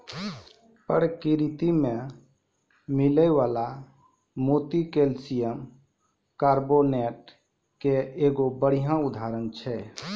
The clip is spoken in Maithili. परकिरति में मिलै वला मोती कैलसियम कारबोनेट के एगो बढ़िया उदाहरण छै